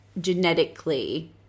genetically